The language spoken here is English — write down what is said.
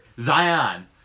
Zion